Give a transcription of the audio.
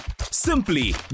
Simply